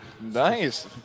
Nice